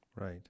Right